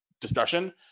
discussion